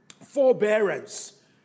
forbearance